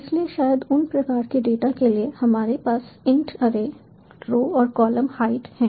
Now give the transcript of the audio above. इसलिए शायद उन प्रकार के डेटा के लिए हमारे पास इंट अरे रो और कॉलम हाइट है